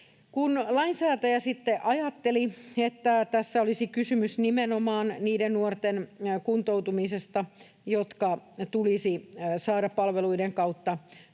Kun lainsäätäjä sitten ajatteli, että tässä olisi kysymys nimenomaan niiden nuorten kuntoutumisesta, jotka tulisi saada palveluiden kautta